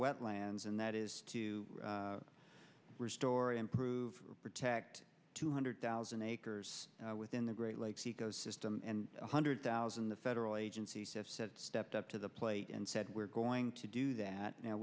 wetlands and that is to restore improve protect two hundred thousand acres within the great lakes ecosystem and one hundred thousand the federal agencies have said stepped up to the plate and said we're going to do that now